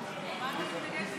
למה אתה מתנגד בדיוק?